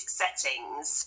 settings